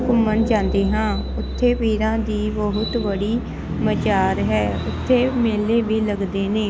ਘੁੰਮਣ ਜਾਂਦੇ ਹਾਂ ਉੱਥੇ ਪੀਰਾਂ ਦੀ ਬਹੁਤ ਬੜੀ ਮਜਾਰ ਹੈ ਉੱਥੇ ਮੇਲੇ ਵੀ ਲੱਗਦੇ ਨੇ